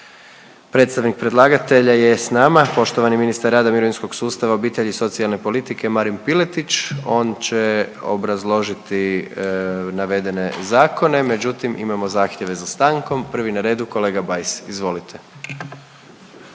Predstavnik predlagatelja je s nama, poštovani ministar rada, mirovinskog sustava, obitelji i socijalne politike Marin Piletić. On će obrazložiti navedene zakone, međutim imamo zahtjeve za stankom, prvi na redu kolega Bajs, izvolite.